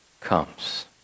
comes